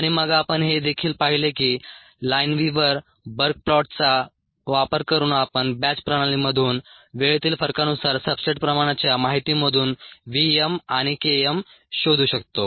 आणि मग आपण हे देखील पाहिले की लाइनविव्हर बर्क प्लॉटचा वापर करून आपण बॅच प्रणालीमधून वेळेतील फरकानुसार सब्सट्रेट प्रमाणाच्या माहितीमधून v m आणि K m शोधू शकतो